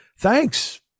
Thanks